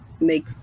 make